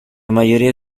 mayoría